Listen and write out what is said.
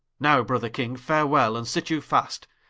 now brother king farewell, and sit you fast,